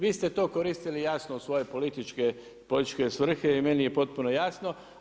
Vi ste to koristili jasno u svoje političke svrhe i meni je potpuno jasno.